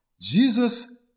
Jesus